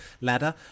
ladder